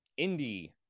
indie